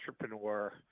entrepreneur